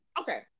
Okay